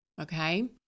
Okay